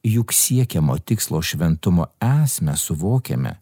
juk siekiamo tikslo šventumo esmę suvokiame